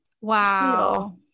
Wow